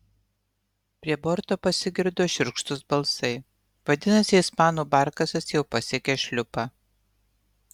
prie borto pasigirdo šiurkštūs balsai vadinasi ispanų barkasas jau pasiekė šliupą